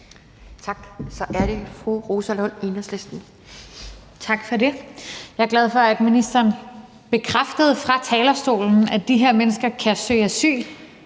Tak. Så er det fru Rosa Lund, Enhedslisten. Kl. 19:52 Rosa Lund (EL): Tak for det. Jeg er glad for, at ministeren bekræftede fra talerstolen, at de her mennesker kan søge asyl